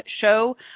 show